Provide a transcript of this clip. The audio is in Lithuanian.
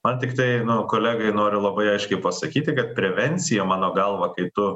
man tiktai nu kolegai noriu labai aiškiai pasakyti kad prevencija mano galva kai tu